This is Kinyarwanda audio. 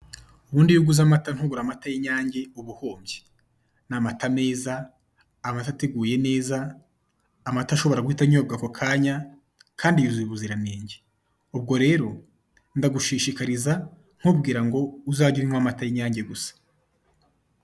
Ubundi iyo uguze amata, ntugure amata y'inyange uba uhombye! Ni amata meza, amata ateguye neza, amata ashobora guhita anyobwa ako kanya, kandi yujuje ubuziranenge. ubwo rero ndagushishikariza, nkubwira ngo uzajye unywa amata y'inyange gusa!